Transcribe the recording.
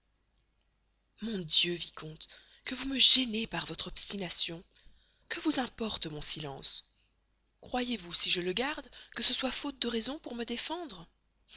mon dieu vicomte que vous me gênez par votre obstination que vous importe mon silence croyez-vous si je le garde que ce soit faute de raisons pour me défendre